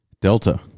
Delta